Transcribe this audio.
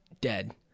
dead